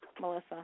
Melissa